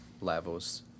levels